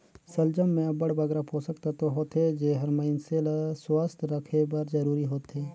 सलजम में अब्बड़ बगरा पोसक तत्व होथे जेहर मइनसे ल सुवस्थ रखे बर जरूरी होथे